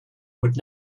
would